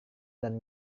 dan